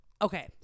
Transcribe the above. Okay